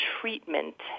treatment